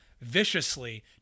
viciously